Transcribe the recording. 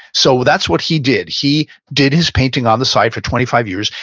so that's what he did. he did his painting on the side for twenty five years,